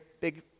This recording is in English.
big